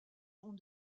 vont